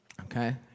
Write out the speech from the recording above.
Okay